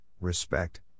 respect